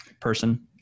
person